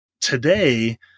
Today